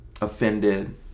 offended